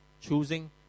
Choosing